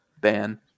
ban